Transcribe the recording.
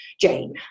Jane